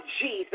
Jesus